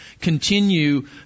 continue